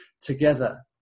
together